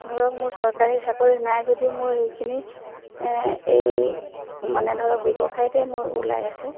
ধৰক মোৰ চৰকাৰী চাকৰি নাই যদিও মোৰ সেইখিনি এই মানে ধৰক ব্যৱসায়তে মোৰ ওলাই আছে